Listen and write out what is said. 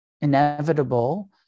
inevitable